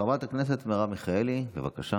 חברת הכנסת מרב מיכאלי, בבקשה.